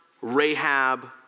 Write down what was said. Rahab